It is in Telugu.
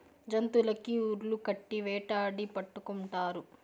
జంతులకి ఉర్లు కట్టి వేటాడి పట్టుకుంటారు